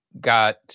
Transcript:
got